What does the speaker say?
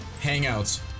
Hangouts